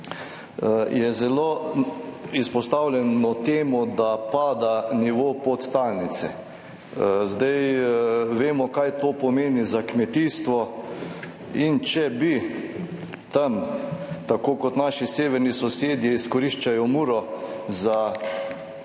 zelo izpostavljeno temu, da pada nivo podtalnice. Vemo, kaj to pomeni za kmetijstvo. In če bi tam, tako kot naši severni sosedje, izkoriščali Muro za